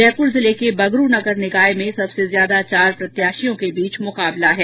जयपुर जिले के बगरू नगर निकाय में सबसे ज्यादा चार प्रत्याशियों के बीच मुकाबला है